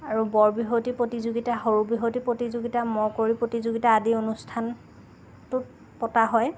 আৰু বৰবিহুৱতী প্ৰতিযোগিতা সৰু বিহুৱতী প্ৰতিযোগিতা মৌকুঁৱৰী প্ৰতিযোগিতা আদি অনুষ্ঠানটোত পতা হয়